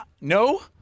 no